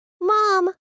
Mom